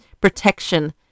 protection